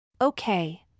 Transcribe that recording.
Okay